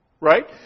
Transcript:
Right